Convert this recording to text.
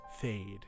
fade